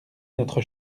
notre